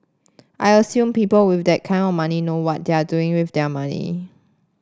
I assume people with that kind of money know what they're doing with their money